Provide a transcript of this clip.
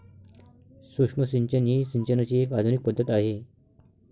सूक्ष्म सिंचन ही सिंचनाची एक आधुनिक पद्धत आहे